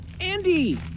Andy